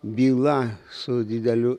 byla su dideliu